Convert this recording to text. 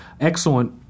Excellent